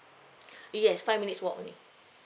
yes five minutes walk okay